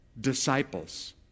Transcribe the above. disciples